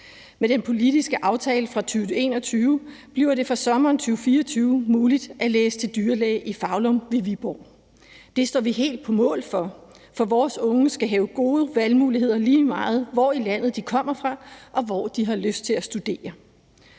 Med den politiske aftale fra 2021 bliver det fra sommeren 2024 muligt at læse til dyrlæge i Foulum ved Viborg. Det står vi helt på mål for, for vores unge skal have gode valgmuligheder, lige meget hvor i landet de kommer fra, og hvor de har lyst til at studere.